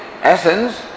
Essence